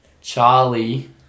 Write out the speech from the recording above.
Charlie